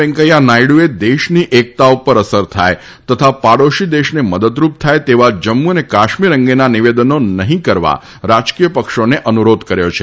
વેંકૈયા નાયડુએ દેશની એકતા ઉપર અસર થાય તથા પાડોશી દેશને મદદરૂપ થાય તેવા જમ્મુ અને કાશ્મીર અંગેના નિવેદનો નહિં કરવા રાજકીય પક્ષોને અનુરોધ કર્યો છે